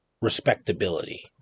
Respectability